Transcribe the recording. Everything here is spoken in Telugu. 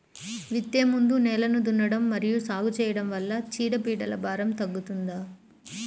విత్తే ముందు నేలను దున్నడం మరియు సాగు చేయడం వల్ల చీడపీడల భారం తగ్గుతుందా?